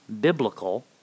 biblical